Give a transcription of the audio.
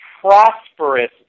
prosperous